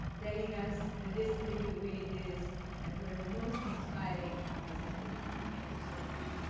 telling us the history the way it is and for a most inspiring presentation. thank you so much.